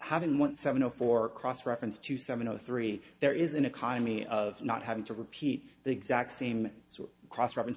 having one seven zero for cross reference to seventy three there is an economy of not having to repeat the exact same cross reference